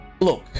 look